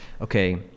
okay